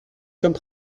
comme